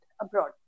abroad